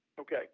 Okay